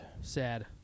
Sad